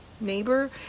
neighbor